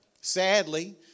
Sadly